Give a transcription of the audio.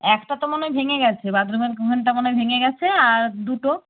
একটা তো মনে হয় ভেঙে গেছে বাথরুমের ওখানটা মনে হয় ভেঙে গেছে আর দুটো